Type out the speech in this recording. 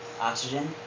Oxygen